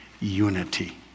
unity